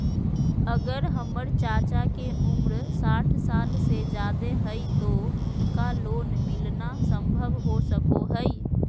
अगर हमर चाचा के उम्र साठ साल से जादे हइ तो उनका लोन मिलना संभव हो सको हइ?